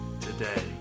today